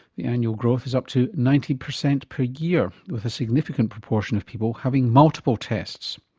the annual growth is up to ninety percent per year with a significant proportion of people having multiple tests.